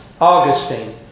Augustine